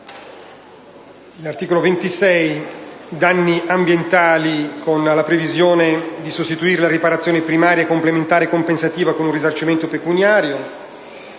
L'articolo 25 riguarda i danni ambientali, con la previsione di sostituire la riparazione primaria e complementare compensativa con un risarcimento pecuniario.